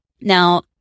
Now